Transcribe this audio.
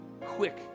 quick